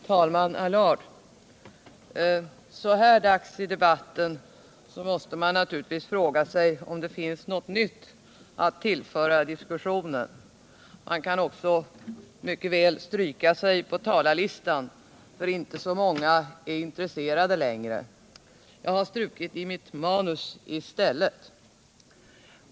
Talman Allard! Så här dags i debatten måste man naturligtvis fråga sig om det finns något nytt att tillföra diskussionen. Man kan också mycket väl stryka sig på talarlistan, eftersom det inte längre är så många som är intresserade. Jag har strukit i mitt manus i stället.